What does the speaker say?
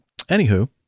anywho